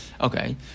Okay